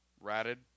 ratted